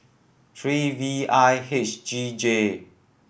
three V I H G J